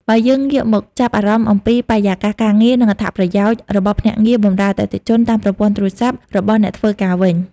បើយើងងាកមកចាប់អារម្មណ៍អំពី បរិយាកាសការងារ និងអត្ថប្រយោជន៍របស់ភ្នាក់ងារបម្រើអតិថិជនតាមប្រព័ន្ធទូរស័ព្ទ របស់អ្នកធ្វើការវិញ។